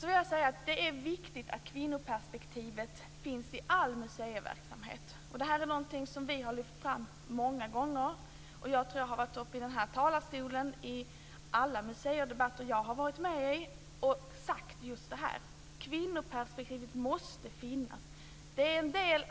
vill jag säga att det är viktigt att kvinnoperspektivet finns i all museiverksamhet. Det är någonting som vi har lyft fram många gånger. Jag tror att jag har varit uppe i denna talarstol i alla museidebatter jag har varit med i och sagt just detta. Kvinnoperspektivet måste finnas med.